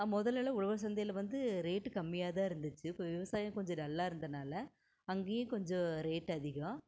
முதல்லலாம் உழவர் சந்தையில் வந்து ரேட் கம்மியாக தான் இருந்துச்சு இப்போ விவசாயம் கொஞ்சம் டல்லாக இருந்ததால் அங்கேயும் கொஞ்சம் ரேட் அதிகம்